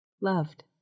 Loved